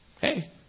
Hey